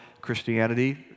Christianity